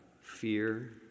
fear